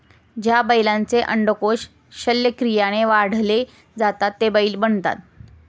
ज्या बैलांचे अंडकोष शल्यक्रियाने काढले जातात ते बैल बनतात